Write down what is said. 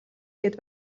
гээд